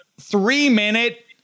three-minute